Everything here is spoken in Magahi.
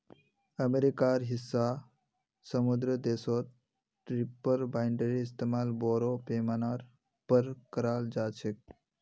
अमेरिकार हिस्सा समृद्ध देशत रीपर बाइंडरेर इस्तमाल बोरो पैमानार पर कराल जा छेक